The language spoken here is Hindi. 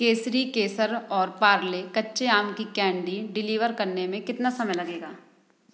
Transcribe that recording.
केसरी केसर और पार्ले कच्चे आम की कैंडी डिलीवर करने में कितना समय लगेगा